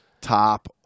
top